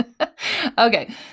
Okay